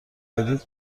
بدی